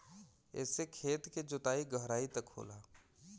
एसे खेत के जोताई गहराई तक होला